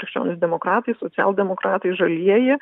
krikščionys demokratai socialdemokratai žalieji